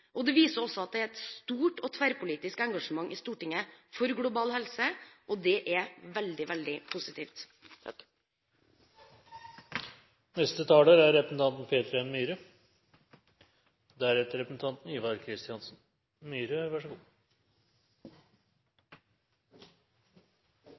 og det viser også at det er stort og tverrpolitisk engasjement i Stortinget for global helse, og det er veldig, veldig positivt. Jeg er